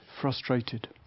frustrated